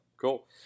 cool